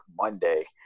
Monday